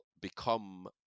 become